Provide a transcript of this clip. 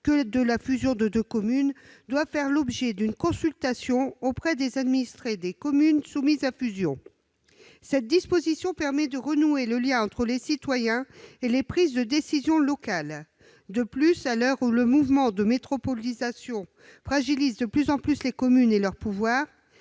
que la fusion de deux communes doit faire l'objet d'une « consultation » des administrés des communes concernées. Cette disposition permettrait de renouer le lien entre citoyens et prises de décisions locales. À l'heure où le mouvement de « métropolisation » fragilise de plus en plus les communes et leur pouvoir,